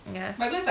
ya